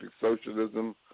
socialism